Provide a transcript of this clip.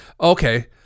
Okay